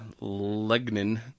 lignin